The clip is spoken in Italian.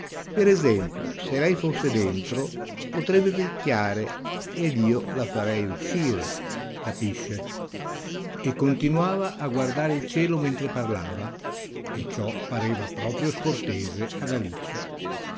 per esempio se lei fosse dentro potrebbe picchiare ed io la farei uscire capisce e continuava a guardare il cielo mentre parlava e ciò pareva proprio scortese ad alice